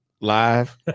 live